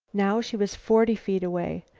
now she was forty feet away,